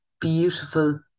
beautiful